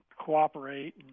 cooperate